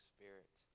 Spirit